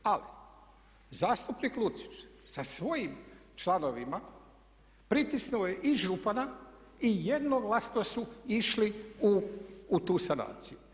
Ali zastupnik Lucić sa svojim članovima pritisnuo je i župana i jednoglasno su išli u tu sanaciju.